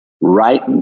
right